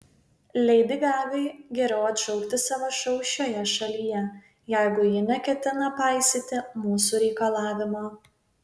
leidi gagai geriau atšaukti savo šou šioje šalyje jeigu ji neketina paisyti mūsų reikalavimo